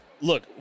look